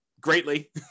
greatly